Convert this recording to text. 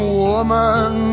woman